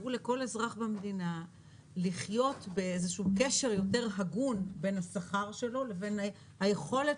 לכל אזרח במדינה לחיות באיזה שהוא קשר יותר הגון בין השכר שלו לבין היכולת